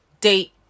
date